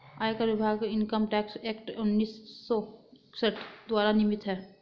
आयकर विभाग income tax act उन्नीस सौ इकसठ द्वारा नियमित है